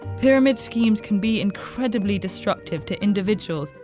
pyramid schemes can be incredibly destructive to individuals,